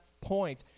point